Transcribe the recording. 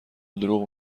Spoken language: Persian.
دروغ